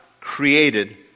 created